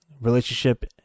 relationship